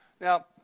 Now